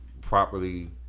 properly